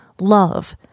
love